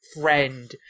friend